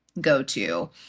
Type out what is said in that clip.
go-to